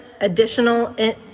additional